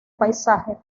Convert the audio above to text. paisaje